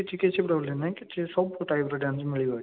କିଛି କିଛି ପ୍ରୋବ୍ଲେମ୍ ନାହିଁ କିଛି ସବୁ ଟାଇପ୍ ର ଡ୍ୟାନ୍ସ ମିଳିବ ଏଠି